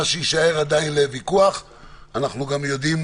מה שיישאר עדיין לוויכוח אנחנו גם יודעים